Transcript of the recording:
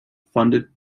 funded